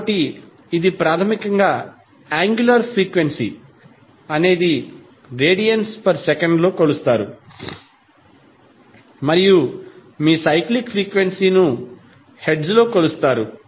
కాబట్టి ఇది ప్రాథమికంగా యాంగ్యులార్ ఫ్రీక్వెన్సీ అనేది రేడియన్స్ పర్ సెకండ్ లో కొలుస్తారు మరియు మీ సైక్లిక్ ఫ్రీక్వెన్సీ ను హెర్ట్జ్ లో కొలుస్తారు